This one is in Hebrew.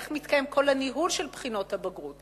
איך מתנהל כל הניהול של בחינות הבגרות,